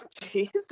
jesus